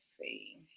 see